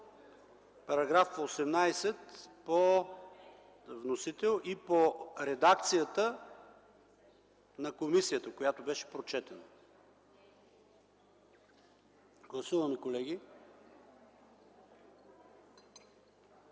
§ 18 по вносител и по редакцията на комисията, която беше прочетена. Гласували